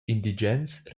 indigens